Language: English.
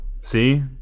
See